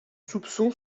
soupçon